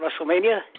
WrestleMania